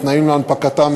התנאים להנפקתם,